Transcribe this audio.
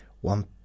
one